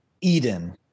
Eden